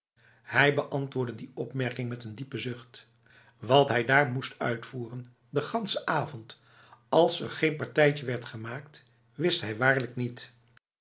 hij beantwoordde die opmerking met een diepe zucht wat hij daar moest uitvoeren de ganse avond als er geen partijtje werd gemaakt wist hij waarlijk niet